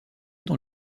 dans